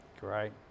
Great